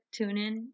TuneIn